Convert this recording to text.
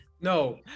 No